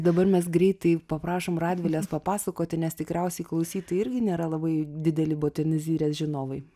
dabar mes greitai paprašom radvilės papasakoti nes tikriausiai klausytojai irgi nėra labai dideli botanizirės žinovai